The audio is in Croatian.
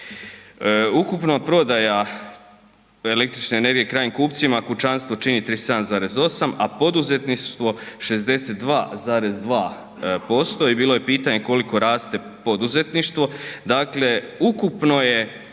Ukupno prodaja električne energije krajnjim kupcima, kućanstvu čini 37,8, a poduzetništvo 62,2% i bilo je pitanje koliko raste poduzetništvo,